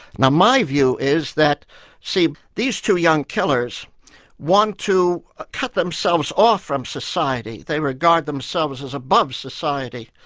now my view is that see these two young killers want to cut themselves off from society, they regard themselves as above society,